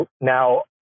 now